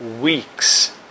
weeks